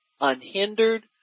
unhindered